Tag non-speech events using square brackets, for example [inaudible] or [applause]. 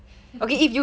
[laughs]